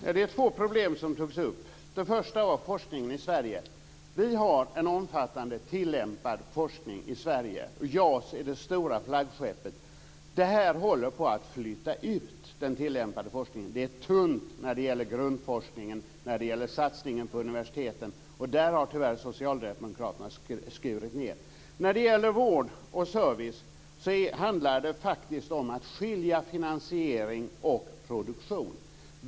Fru talman! Det var två problem som togs upp. Det första var forskningen i Sverige. Vi har en omfattande tillämpad forskning i Sverige, och JAS är det stora flaggskeppet. Den tillämpade forskningen håller på att flytta ut. Det är tunt när det gäller grundforskningen och när det gäller satsningen på universiteten. Där har socialdemokraterna tyvärr skurit ned. När det gäller vård och service handlar det faktiskt om att skilja på finansiering och produktion.